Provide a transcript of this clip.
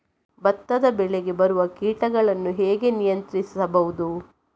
ಭತ್ತದ ಬೆಳೆಗೆ ಬರುವ ಕೀಟಗಳನ್ನು ಹೇಗೆ ನಿಯಂತ್ರಿಸಬಹುದು?